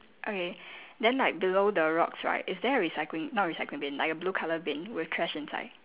okay then like below the rocks right is there a recycling not recycling bin like a blue colour bin with trash inside